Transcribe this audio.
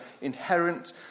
inherent